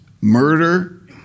murder